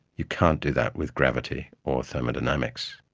you can't do that with gravity or thermodynamics.